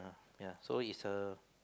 ya so is a